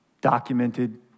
Documented